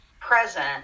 present